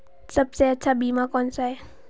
सबसे अच्छा बीमा कौनसा है?